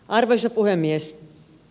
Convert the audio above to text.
arvoisa puhemies